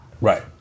Right